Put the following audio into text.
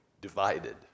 divided